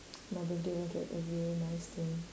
my birthday was like a really nice thing